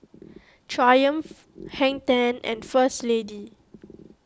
Triumph Hang ten and First Lady